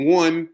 one